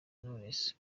knowless